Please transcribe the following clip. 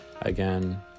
again